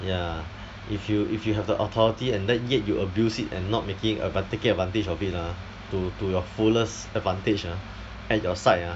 ya if you if you have the authority and then yet you abuse it and not making advan~ taking advantage of it ah to to your fullest advantage ah at your side ah